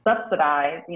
subsidize